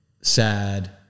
sad